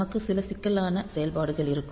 நமக்கு சில சிக்கலான செயல்பாடுகள் இருக்கும்